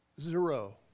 Zero